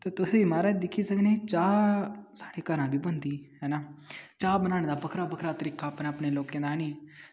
ते तुस म्हराज दिक्खी सकने चाह् साढ़े घर निं बनदी ऐ ना चाह् बनाने दा अपना अपना तरीका बनाने दा हैनी